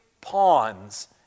pawns